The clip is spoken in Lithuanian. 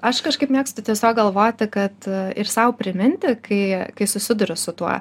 aš kažkaip mėgstu tiesiog galvoti kad ir sau priminti kai kai susiduriu su tuo